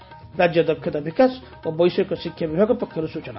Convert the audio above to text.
ରାଜ୍ୟ ଦକ୍ଷତା ବିକାଶ ଓ ବୈଷୟିକ ଶିକ୍ଷା ବିଭାଗ ପକ୍ଷରୁ ସୂଚନା